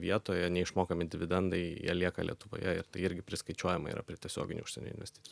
vietoje neišmokami dividendai jie lieka lietuvoje ir irgi priskaičiuojama yra prie tiesioginių užsienio investicijų